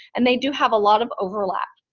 and they do have a lot of overlap.